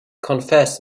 confess